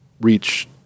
reach